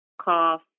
cough